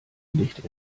nicht